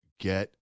get